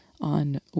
on